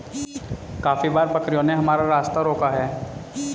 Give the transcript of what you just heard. काफी बार बकरियों ने हमारा रास्ता रोका है